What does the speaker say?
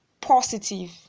positive